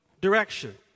direction